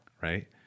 right